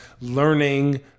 learning